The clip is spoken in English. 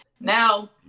now